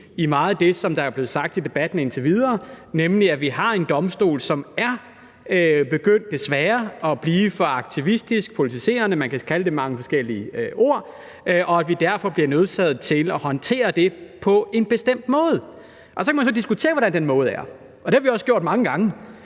i meget af det, som er blevet sagt i debatten indtil videre, nemlig at vi har en domstol, som er begyndt, desværre, at blive for aktivistisk, politiserende – man kan kalde det mange forskellige ord – og at vi derfor bliver nødt til at håndtere det på en bestemt måde. Og så kan man så diskutere, hvordan den måde er. Det har vi også gjort mange gange,